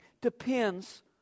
depends